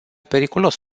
periculos